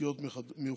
אוכלוסיות מיוחדות.